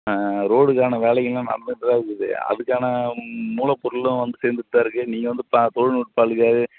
ரோடுக்கான வேலைகளும் நடந்துகிட்டுதான் இருக்குது அதுக்கான மூலப்பொருளும் வந்து சேர்ந்துட்டுதான் இருக்கு நீங்கள் வந்து தொழில்நுட்ப ஆளுகள்